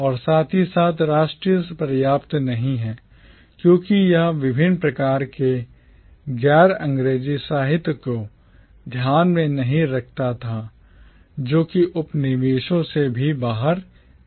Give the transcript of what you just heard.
और साथ ही साथ राष्ट्रीय पर्याप्त नहीं है क्योंकि यह विभिन्न प्रकार के गैर अंग्रेजी साहित्य को ध्यान में नहीं रख रहा था जो कि उपनिवेशों से भी बाहर निकल रहे थे